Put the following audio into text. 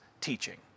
teaching